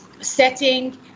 setting